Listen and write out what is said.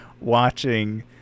watching